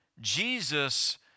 Jesus